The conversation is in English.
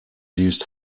used